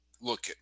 Look